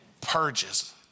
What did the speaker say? purges